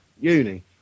uni